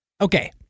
Okay